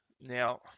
Now